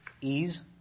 ease